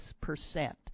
percent